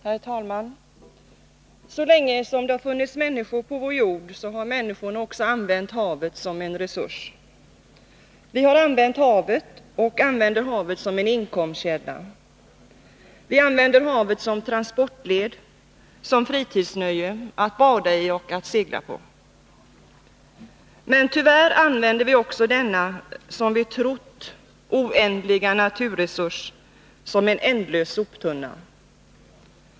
Herr talman! Så länge som det funnits människor på vår jord har människor använt havet som en resurs. Vi har använt havet och använder havet som inkomstkälla. Vi använder havet som transportled, som fritidsnöje — att bada i och segla på. Men tyvärr använder vi också denna, som vi trott, oändliga naturresurs som en ändlös soptunna.